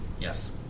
Yes